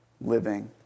living